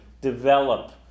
develop